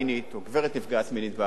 או גברת נפגעת מינית בעבודה,